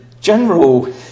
general